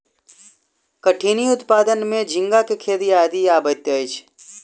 कठिनी उत्पादन में झींगा के खेती आदि अबैत अछि